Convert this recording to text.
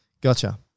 Gotcha